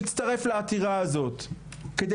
להצטרף לעתירה הזו כדי